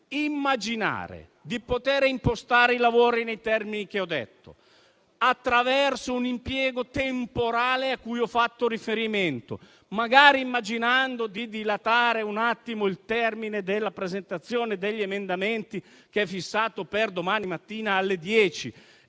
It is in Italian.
immaginiamo di poter impostare i lavori nei termini che ho detto, attraverso l'impiego temporale cui ho fatto riferimento, magari ipotizzando di dilatare il termine della presentazione degli emendamenti, che è fissato per domani mattina alle 10.